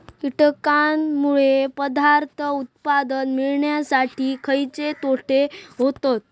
कीटकांनमुळे पदार्थ उत्पादन मिळासाठी खयचे तोटे होतत?